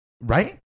Right